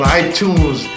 iTunes